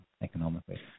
economically